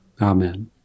Amen